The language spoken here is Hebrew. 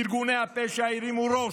ארגוני הפשע הרימו ראש.